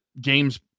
games